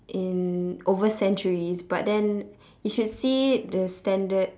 in over centuries but then you should see it the standard